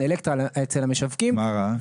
"אלקטרה" אצל המשווקים --- מה רע?